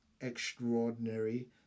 extraordinary